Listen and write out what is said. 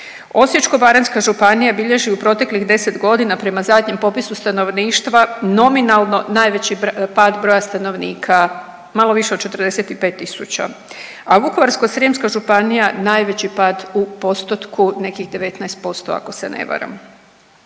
Osječko-baranjska županija bilježi u proteklih 10 godina prema zadnjem popisu stanovništva nominalno najveći pad broja stanovnika, malo više od 45 tisuća, a Vukovarsko-srijemska županija najveći pad u postotku, nekih 19%, ako se ne varam.